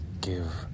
Give